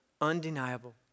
undeniable